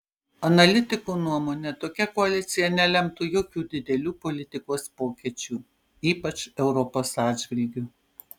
analitikų nuomone tokia koalicija nelemtų jokių didelių politikos pokyčių ypač europos atžvilgiu